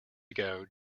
ago